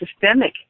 systemic